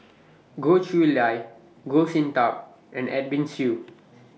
Goh Chiew Lye Goh Sin Tub and Edwin Siew